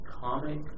Comic